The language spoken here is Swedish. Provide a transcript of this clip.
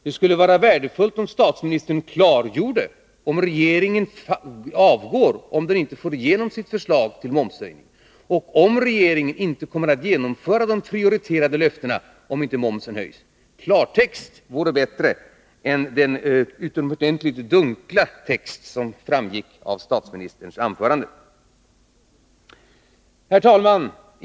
Det skulle vara värdefullt om statsministern klargjorde om regeringen avgår om den inte får igenom sitt förslag till momshöjning och om regeringen inte kommer att genomföra de prioriterade löftena om inte momsen höjs. Klartext vore bättre än statsministerns utomordentligt dunkla tal på den här punkten. Herr talman!